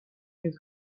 نیز